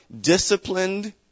disciplined